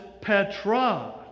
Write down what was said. Petra